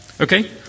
Okay